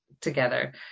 together